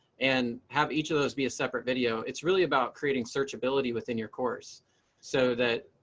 and have each of those be a separate video? it's really about creating search ability within your course so that,